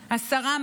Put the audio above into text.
ייצוג הולם.